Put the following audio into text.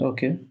Okay